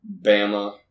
Bama